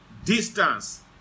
Distance